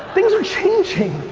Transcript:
things are changing.